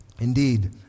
Indeed